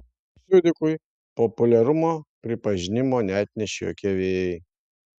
siudikui populiarumo pripažinimo neatnešė jokie vėjai